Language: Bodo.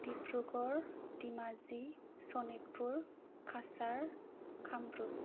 दिब्रुगड़ धेमाजी सनितपुर कासार कामरुप